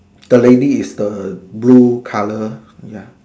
the lady is the blue colour ya